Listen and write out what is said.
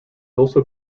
also